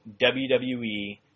WWE